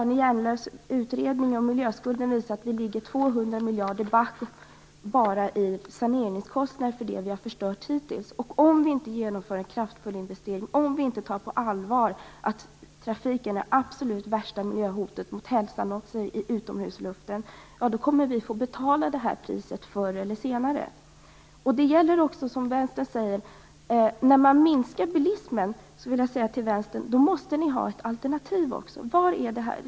Arne Jernelövs utredning om miljöskulden visar att vi ligger 200 miljarder back bara i saneringskostnader för det vi har förstört hittills. Om vi inte genomför en kraftfull investering, om vi inte tar på allvar att trafiken är det absolut värsta miljöhotet mot hälsan i utomhusluften kommer vi att få betala det här priset förr eller senare. Det gäller också när man minskar bilismen. Då måste man ha ett alternativ. Det vill jag säga till Vänstern.